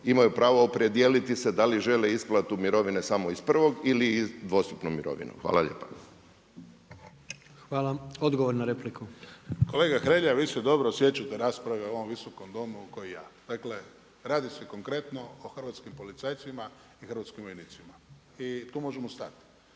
imao je pravo opredijeliti se dali želi isplatu mirovine samo iz prvog ili dvostupnu mirovinu. Hvala lijepa. **Jandroković, Gordan (HDZ)** Hvala. Odgovor na repliku. **Šuker, Ivan (HDZ)** Kolega Hrelja, vi se dobro sjećate rasprave u ovom visokom Domu kao i ja. Dakle, radi se konkretno o hrvatskim policajcima i hrvatskim vojnicima. I tu možemo stati,